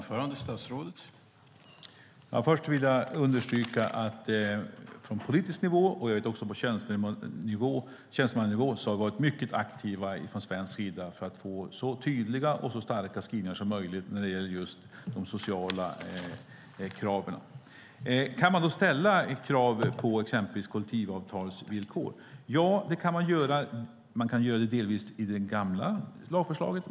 Herr talman! Jag vill börja med att understryka att på politisk nivå, och också på tjänstemannanivå, har vi varit mycket aktiva från svensk sida för att få så tydliga och starka skrivningar som möjligt när det gäller de sociala kraven. Kan man då ställa krav på exempelvis kollektivavtalsvillkor? Ja, det kan man göra. Man kan delvis göra det enligt det gamla lagförslaget.